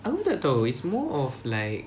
aku pun tak tahu it's more of like